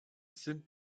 sind